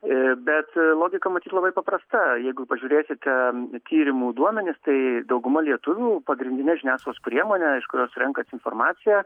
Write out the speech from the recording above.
ir bet logika matyt labai paprasta jeigu pažiūrėsite tyrimų duomenys tai dauguma lietuvių pagrindine žiniasklaidos priemone iš kurios renkasi informaciją